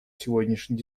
сегодняшней